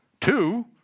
Two